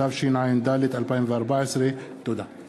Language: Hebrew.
התשע"ד 2014. תודה.